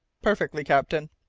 perfectly, captain.